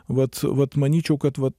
vat vat manyčiau kad va